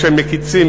כשהם מקיצים,